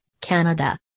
Canada